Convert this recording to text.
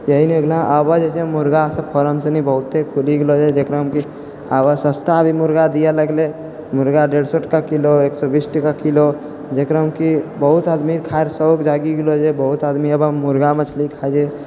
यहि भऽ गेलौँ आबऽ जे छै मुर्गासभ फॉर्म सनि बहुते खुलि गेलो छै जेकरामे कि आबऽ सस्ता भी मुर्गा दियै लगलै मुर्गा डेढ़ सय टका किलो एक सय बीस टका किलो जकरामे कि बहुत आदमीमे खाइके शौक जागि गेलो छै बहुत आदमी आबऽ मुर्गा मछली खाइ छै